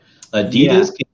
Adidas